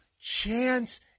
chance